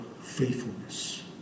faithfulness